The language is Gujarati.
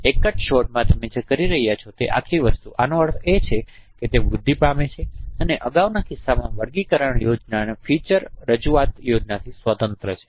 એક જ શોટમાં તમે જે કરી રહ્યા છો તે આખી વસ્તુ આનો અર્થ એ કે તે વૃદ્ધિ પામે છે અને અગાઉના કિસ્સામાં વર્ગીકરણ યોજના ફીચર રજૂઆત યોજનાથી સ્વતંત્ર છે